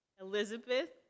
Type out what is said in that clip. Elizabeth